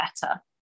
better